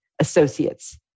associates